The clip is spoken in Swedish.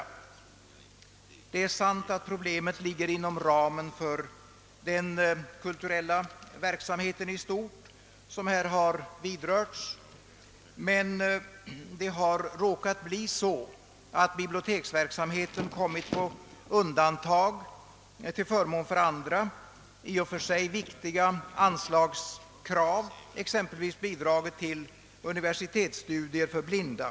Det är sant som här har sagts att problemet ligger inom ramen för den kulturella verksamheten i stort, men det har råkat bli så att biblioteksverksamheten kommit på undantag till förmån för andra i och för sig viktiga anslagskrav, exempelvis bidraget till universitetsstudier för blinda.